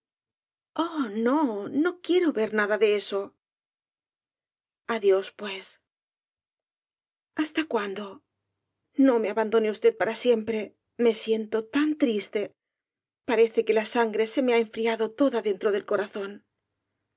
no no quiero ver nada de eso adiós pues hasta cuándo no me abandone usted para siempre me siento tan triste parece que la sangre se me ha enfriado toda dentro del corazón